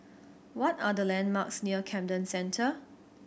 what are the landmarks near Camden Centre